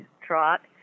trot